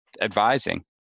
advising